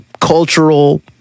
cultural